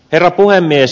herra puhemies